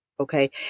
Okay